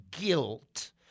guilt